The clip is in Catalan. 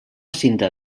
cinta